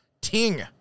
TING